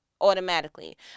automatically